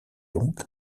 donc